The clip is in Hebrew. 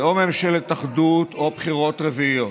זה או ממשלת אחדות או בחירות רביעיות.